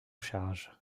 charge